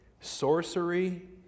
sorcery